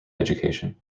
education